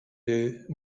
will